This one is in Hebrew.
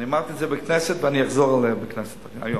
אמרתי זאת בכנסת, ואני אחזור על כך בכנסת היום: